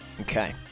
Okay